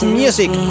music